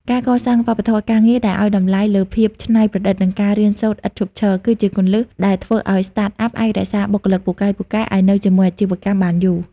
ការកសាងវប្បធម៌ការងារដែលឱ្យតម្លៃលើភាពច្នៃប្រឌិត និងការរៀនសូត្រឥតឈប់ឈរ គឺជាគន្លឹះដែលធ្វើឱ្យ Startup អាចរក្សាបុគ្គលិកពូកែៗឱ្យនៅជាមួយអាជីវកម្មបានយូរ។